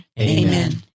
Amen